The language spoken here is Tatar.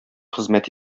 хезмәт